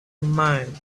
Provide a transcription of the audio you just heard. mind